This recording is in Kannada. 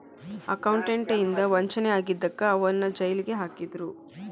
ಅಕೌಂಟೆಂಟ್ ಇಂದಾ ವಂಚನೆ ಆಗಿದಕ್ಕ ಅವನ್ನ್ ಜೈಲಿಗ್ ಹಾಕಿದ್ರು